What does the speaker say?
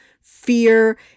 fear